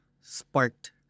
sparked